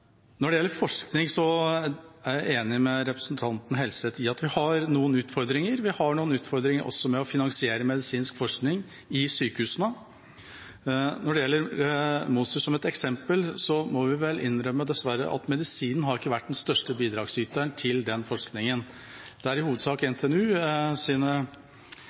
Når det gjelder forskning, er jeg enig med representanten Helseth i at vi har noen utfordringer. Vi har noen utfordringer også med å finansiere medisinsk forskning i sykehusene. Når det gjelder Moser som et eksempel, må vi vel dessverre innrømme at medisinen ikke har vært den største bidragsyteren til den forskningen. Det er i hovedsak